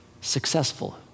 successful